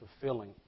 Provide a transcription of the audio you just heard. fulfilling